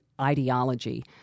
ideology